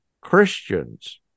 Christians